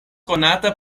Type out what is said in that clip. konata